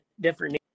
different